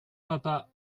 papa